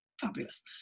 Fabulous